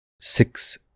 six